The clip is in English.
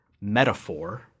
metaphor